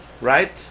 Right